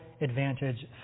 advantage